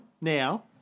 now